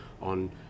on